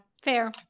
Fair